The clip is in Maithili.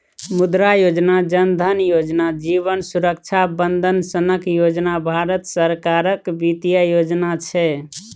मुद्रा योजना, जन धन योजना, जीबन सुरक्षा बंदन सनक योजना भारत सरकारक बित्तीय योजना छै